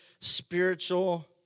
spiritual